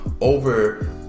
over